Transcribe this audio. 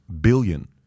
billion